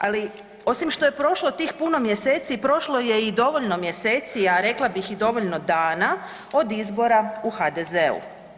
Ali osim što je prošlo tih puno mjeseci, prošlo i dovoljno mjeseci, a rekla bih i dovoljno dana od izbora u HDZ-u.